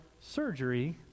surgery